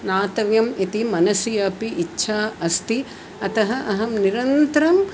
ज्ञातव्यम् इति मनसि अपि इच्छा अस्ति अतः अहं निरन्तरम्